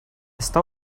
está